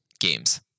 games